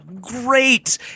great